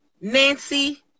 Nancy